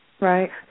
right